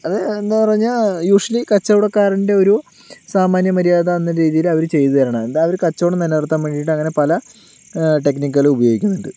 അതെന്താണെന്ന് പറഞ്ഞാൽ യൂഷ്വല്ലി കച്ചവടക്കാരൻ്റെ ഒരു സാമാന്യ മര്യാദ എന്ന രീതിയിലവർ ചെയ്ത് തരണതാണ് എന്താ അവർ കച്ചവടം നിലനിർത്താൻ വേണ്ടിയിട്ടവർ പല ടെക്നിക്കുകളും ഉപയോഗിക്കുന്നുണ്ട്